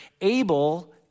Abel